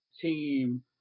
team